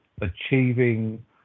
achieving